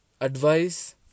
advice